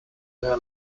their